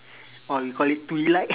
or you call it tweelight